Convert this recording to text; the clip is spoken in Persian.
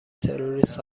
تروریست